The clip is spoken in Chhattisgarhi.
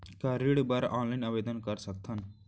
का ऋण बर ऑनलाइन आवेदन कर सकथन?